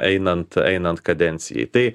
einant einant kadencijai tai